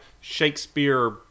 Shakespeare